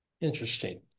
interesting